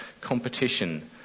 competition